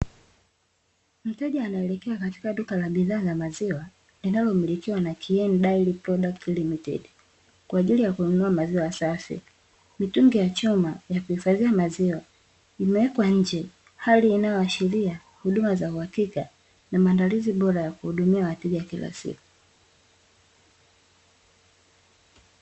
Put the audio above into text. Mteja anaelekea katika duka la bidhaa la maziwa, linalo milikiwa na (Nakiene Dairy Product Limited) kwa ajili ya kununua maziwa safi. Mitungi ya chuma ya kuhifadhia maziwa imewekwa nje, hali inayo ashiria huduma za uwakika na maandalizi bora ya kuhudumia wateja kila siku.